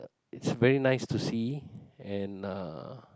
it's very nice to see and uh